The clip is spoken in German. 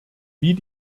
wie